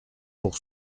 pour